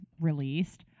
released